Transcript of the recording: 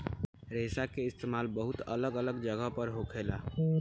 रेशा के इस्तेमाल बहुत अलग अलग जगह पर होखेला